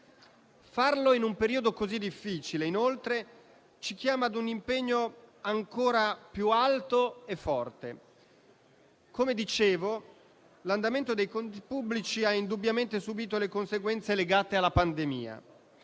Farlo in un periodo così difficile, inoltre, ci chiama a un impegno ancora più alto e forte. Come dicevo, l'andamento dei conti pubblici ha indubbiamente subito le conseguenze legate alla pandemia.